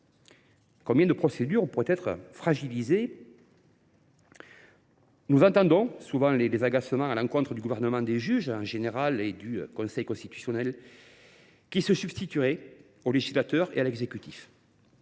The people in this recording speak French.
Combien de procédures pourraient être ainsi fragilisées ? Nous entendons souvent les agacements exprimés à l’encontre du gouvernement des juges en général et du Conseil constitutionnel, qui se substituerait au législateur et à l’exécutif.